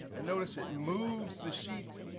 and notice it moves the sheets,